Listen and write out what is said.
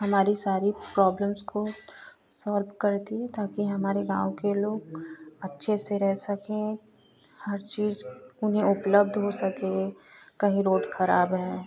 हमारी सारी प्रॉब्लम्स को सॉल्व करती है ताकि हमारे गाँव के लोग अच्छे से रह सकें हर चीज़ उन्हें उपलब्ध हो सके कहीं रोड खराब है